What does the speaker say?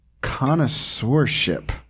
connoisseurship